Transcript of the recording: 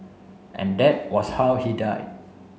and that was how he died